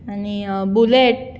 आनी बुलेट